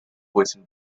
voicing